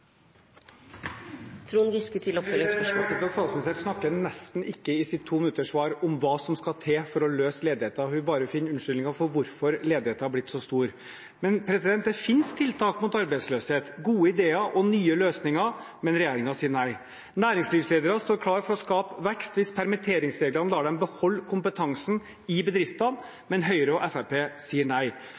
til at statsministeren i sitt 2 minutter lange svar nesten ikke snakker om hva som skal til for å løse ledigheten. Hun bare finner unnskyldninger for hvorfor ledigheten har blitt så stor. Det finnes tiltak mot arbeidsløshet – gode idéer og nye løsninger. Men regjeringen sier nei. Næringslivsledere står klare til å skape vekst hvis permitteringsreglene lar dem beholde kompetansen i bedriftene, men Høyre og Fremskrittspartiet sier nei.